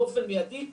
באופן מיידי.